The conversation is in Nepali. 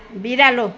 बिरालो